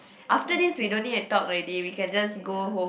after this we don't need to talk already we can just go home